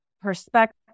perspective